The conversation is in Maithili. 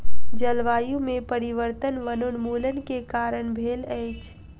जलवायु में परिवर्तन वनोन्मूलन के कारण भेल अछि